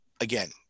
Again